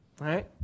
right